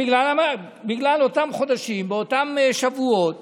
בגלל אותם חודשים ואותם שבועות